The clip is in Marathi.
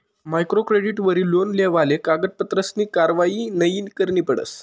मायक्रो क्रेडिटवरी लोन लेवाले कागदपत्रसनी कारवायी नयी करणी पडस